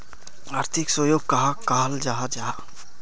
आर्थिक सहयोग कहाक कहाल जाहा जाहा?